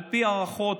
על פי ההערכות,